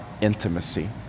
intimacy